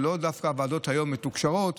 ולא דווקא הוועדות שהיום מתוקשרות,